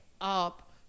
up